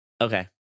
Okay